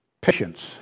Patience